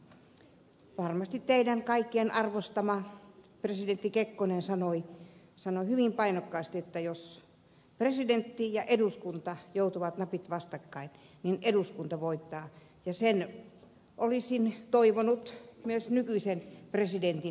sanon vaan sen että varmasti teidän kaikkien arvostama presidentti kekkonen sanoi hyvin painokkaasti että jos presidentti ja eduskunta joutuvat napit vastakkain niin eduskunta voittaa ja sen olisin toivonut myös nykyisen presidentin hyväksyvän